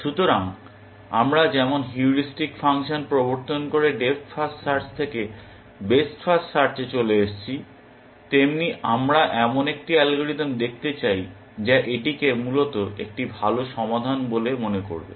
সুতরাং আমরা যেমন হিউরিস্টিক ফাংশন প্রবর্তন করে ডেপ্থ ফার্স্ট সার্চ থেকে বেস্ট ফার্স্ট সার্চে চলে এসেছি তেমনি আমরা এমন একটি অ্যালগরিদম দেখতে চাই যা এটিকে মূলত একটি ভাল সমাধান বলে মনে করবে